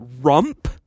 Rump